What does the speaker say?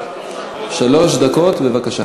שלוש דקות, בבקשה.